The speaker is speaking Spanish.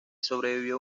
sobrevivió